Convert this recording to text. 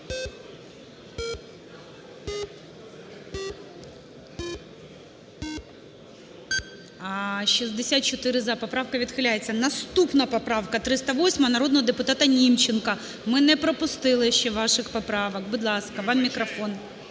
За-64 Поправка відхиляється. Наступна поправка 308 народного депутата Німченка. Ми не пропустили ще ваших поправок. Будь ласка, вам мікрофон.